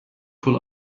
pull